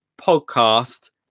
podcast